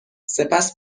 سپس